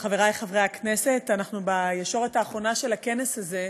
אנחנו בישורת האחרונה של הכנס הזה,